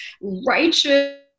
righteous